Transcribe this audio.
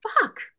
fuck